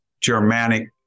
Germanic